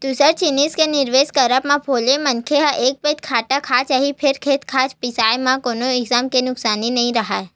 दूसर जिनिस के निवेस करब म भले मनखे ह एक पइत घाटा खा जाही फेर खेत खार बिसाए म कोनो किसम के नुकसानी नइ राहय